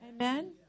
Amen